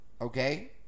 Okay